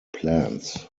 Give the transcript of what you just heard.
plans